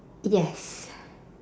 yes